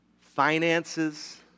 Finances